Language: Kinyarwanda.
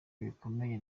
bikomeye